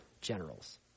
generals